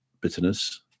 bitterness